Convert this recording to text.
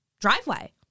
driveway